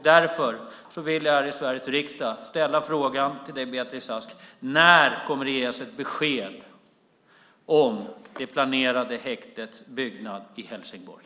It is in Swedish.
Därför vill jag här i Sveriges riksdag ställa frågan till dig, Beatrice Ask: När kommer det att ges ett besked om det planerade häktets byggnad i Helsingborg?